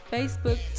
Facebook